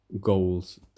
goals